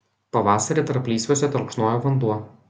pavasarį tarplysviuose telkšnojo vanduo